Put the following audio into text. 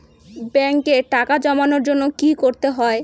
ব্যাংকে টাকা জমানোর জন্য কি কি করতে হয়?